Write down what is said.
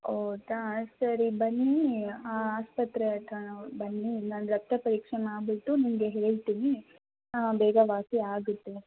ಹೌದಾ ಸರಿ ಬನ್ನಿ ಆ ಆಸ್ಪತ್ರೆ ಹತ್ರ ಬನ್ನಿ ಇಲ್ಲಿ ನಾನು ರಕ್ತ ಪರೀಕ್ಷೆ ಮಾಡಿಬಿಟ್ಟು ನಿಮಗೆ ಹೇಳ್ತೀನಿ ಹಾಂ ಬೇಗ ವಾಸಿಯಾಗುತ್ತೆ